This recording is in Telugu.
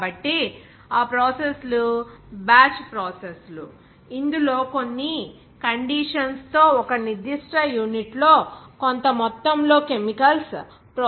కాబట్టి ఆ ప్రాసెస్ లు బ్యాచ్ ప్రాసెస్ లు ఇందులో కొన్ని కండీషన్స్ తో ఒక నిర్దిష్ట యూనిట్లో కొంత మొత్తంలో కెమికల్స్ ప్రాసెస్ చేయబడతాయి